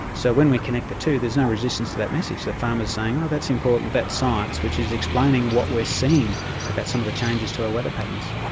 so when we connect the two there's no resistance to that message. the farmer's saying, oh, that's important, that's science, which is explaining what we're seeing about some of the changes to our weather patterns'.